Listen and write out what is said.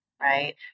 right